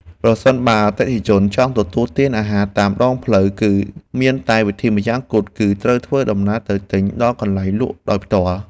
ប្រសិនបើអតិថិជនចង់ទទួលទានអាហារតាមដងផ្លូវគឺមានតែវិធីម្យ៉ាងគត់ គឺត្រូវធ្វើដំណើរទៅទិញដល់កន្លែងលក់ដោយផ្ទាល់។